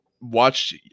watched